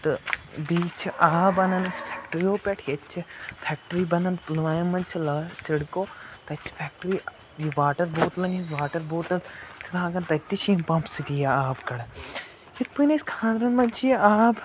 تہٕ بیٚیہِ چھِ آب اَنان أسۍ فٮ۪کٹِرٛیو پٮ۪ٹھ ییٚتہِ چھِ فٮ۪کٹِرٛی بَنان پُلوامہِ منٛز چھِ لا سِڈکو تَتہِ چھِ فٮ۪کٹِرٛی یہِ واٹَر بوتلَن ہِنٛز واٹَر بوٹَل ژھٕنان اگر تَتہِ چھِ یِم پَمپہٕ سۭتۍ یہِ آب کَڑن یِتھ پٲٹھۍ أسۍ خاندرَن منٛز چھِ یہِ آب